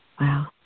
wow